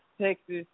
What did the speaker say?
Texas